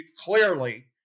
clearly